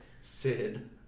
Sid